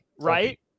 right